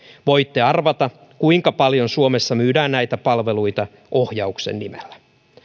voitte arvata kuinka paljon suomessa myydään näitä palveluita ohjauksen nimellä